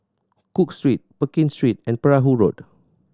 Cook Street Pekin Street and Perahu Road